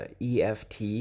EFT